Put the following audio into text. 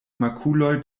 makuloj